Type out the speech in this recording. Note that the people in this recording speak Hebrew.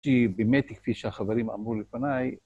שבאמת כפי שהחברים אמרו לפניי...